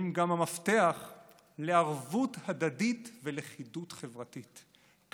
הן גם המפתח לערבות הדדית ולכידות חברתית,